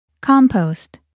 compost